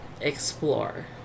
explore